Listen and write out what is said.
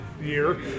year